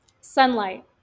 Sunlight